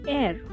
air